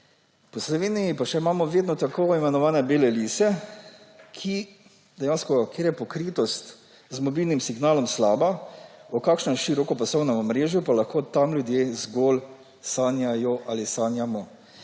Po Sloveniji pa imamo še vedno tako imenovane bele lise, kjer je dejansko pokritost z mobilnim signalom slaba; o kakšnem širokopasovnem omrežju pa lahko tam ljudje zgolj sanjajo ali sanjamo.